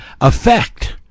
effect